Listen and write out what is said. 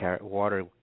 water